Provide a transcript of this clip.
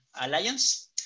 alliance